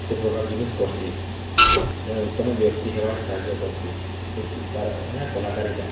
ସେ ପ୍ରକାର୍ ଜିନିଷ୍ କର୍ସି ଜଣେ ଉତ୍ତମ ବ୍ୟକ୍ତି ହେବାର୍ ସାହାଯ୍ୟ କର୍ସି ସେ ତାରା ମାନେ କଳାକାରୀଟା